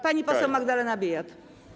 Pani poseł Magdalena Biejat.